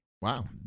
Wow